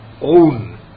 own